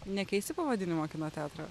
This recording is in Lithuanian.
nekeisi pavadinimo kino teatro